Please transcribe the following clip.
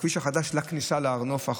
הכביש החדש לכניסה האחורית להר נוף.